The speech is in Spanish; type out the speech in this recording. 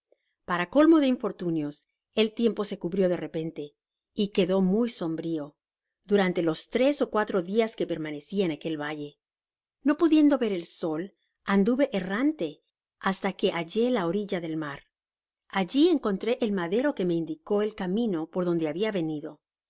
para calmo de infortunios el tiempo se cubrió de repente y quedó muy sombrio durante los tres ó cuatro dias que permaneci en aquel valle no pudiendo ver el sol anduve errante basta que hallé la orilla del mar alli encontré el madero que me indicó el camino por donde habia venido